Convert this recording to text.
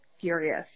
furious